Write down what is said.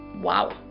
Wow